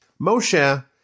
Moshe